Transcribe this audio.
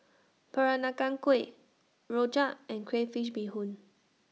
Peranakan Kueh Rojak and Crayfish Beehoon